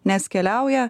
nes keliauja